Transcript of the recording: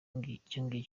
ngicyo